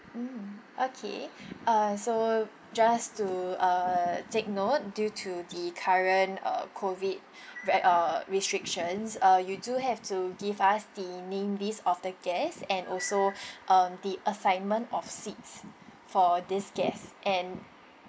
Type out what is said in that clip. mm okay uh so just to uh take note due to the current uh COVID re~ uh restrictions uh you do have to give us the name list of the guests and also uh the assignment of seats for these guests and